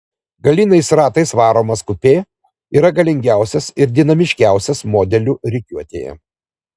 galiniais ratais varomas kupė yra galingiausias ir dinamiškiausias modelių rikiuotėje